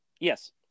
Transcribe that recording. Yes